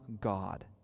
God